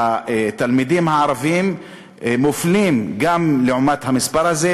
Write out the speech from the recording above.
שהתלמידים הערבים מופלים גם לעומת המספר הזה,